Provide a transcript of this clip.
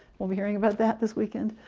we'll be hearing about that this weekend.